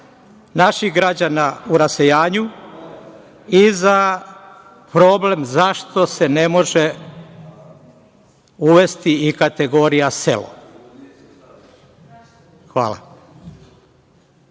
naših građana u rasejanju, i za problem zašto se ne može uvesti i kategorija selo. Hvala.